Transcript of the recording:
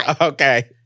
Okay